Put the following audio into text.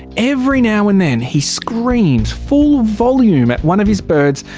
every now and then he screams full volume at one of his birds,